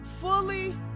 fully